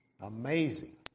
Amazing